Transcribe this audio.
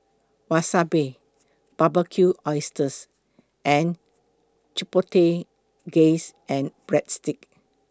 Wasabi Barbecued Oysters and Chipotle gaze and Breadsticks